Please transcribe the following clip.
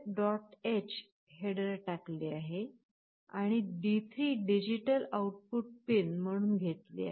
h header टाकले आहे आणि D3 डिजिटल आउट पिन म्हणून घेतले आहे